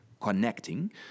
connecting